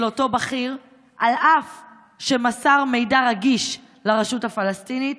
אותו בכיר אף שמסר מידע רגיש לרשות הפלסטינית?